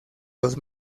dos